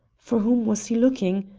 for whom was he looking?